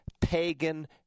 pagan